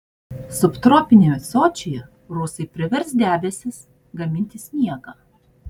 subtropiniame sočyje rusai privers debesis gaminti sniegą